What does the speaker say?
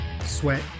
sweat